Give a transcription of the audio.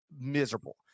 miserable